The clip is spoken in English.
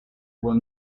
will